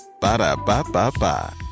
Ba-da-ba-ba-ba